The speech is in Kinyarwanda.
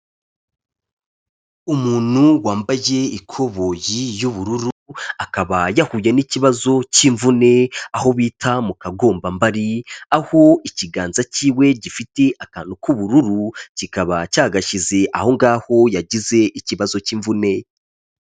Umuntu wambaye ikoboyi y'ubururu, akaba yahuye n'ikibazo cy'imvune aho bita mu kagombambari, aho ikiganza cyiwe gifite akantu k'ubururu, kikaba cyagashyize aho ngaho yagize ikibazo cy'imvune.